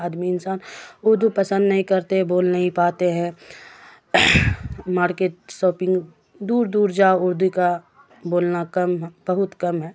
آدمی انسان اردو پسند نہیں کرتے بول نہیں پاتے ہیں مارکیٹ شاپنگ دور دور جاؤ اردو کا بولنا کم بہت کم ہے